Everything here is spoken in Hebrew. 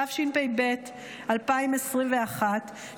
התשפ"ב 2021,